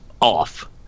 off